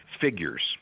figures